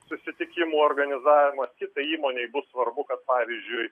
susitikimų organizavimas kitai įmonei bus svarbu kad pavyzdžiui